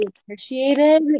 appreciated